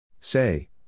Say